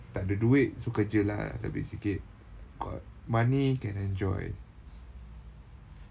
takde duit so kerja lah lebih sikit got money can enjoy